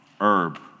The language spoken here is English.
herb